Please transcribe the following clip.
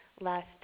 last